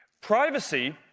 Privacy